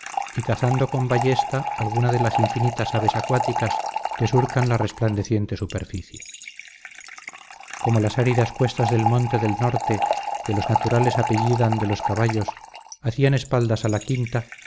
cazando con ballesta algunas de las infinitas aves acuáticas que surcan la resplandeciente superficie como las áridas cuestas del monte del norte que los naturales apellidan de los caballos hacían espaldas a la quinta